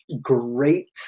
great